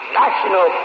national